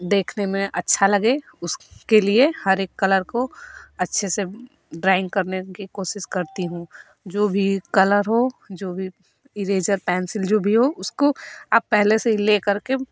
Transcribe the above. देखने में अच्छा लगे उसके लिए हर एक कलर को अच्छे से ड्रॉइंग करने की कोशिश करती हूँ जो भी कलर हो जो भी इरेजर पेंसिल जो भी हो उसको आप पहले से ही लेकर के